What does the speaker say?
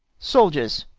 soldiers,